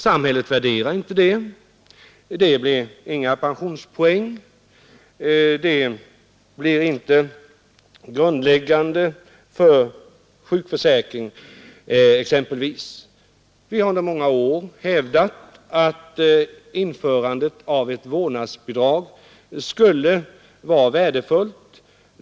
Samhället värderar inte detta arbete — det ger ingen pensionspoäng och det blir inte grundläggande för sjukförsäkring. Vi har under många år hävdat att införandet av ett vårdnadsbidrag skulle vara värdefullt.